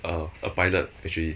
a a pilot actually